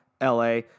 LA